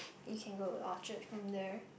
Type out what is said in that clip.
you can go Orchard from there